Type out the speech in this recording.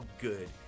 good